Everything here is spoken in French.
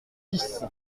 dix